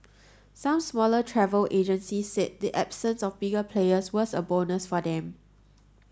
some smaller travel agencies said the absence of bigger players was a bonus for them